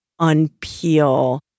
unpeel